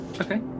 Okay